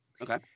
Okay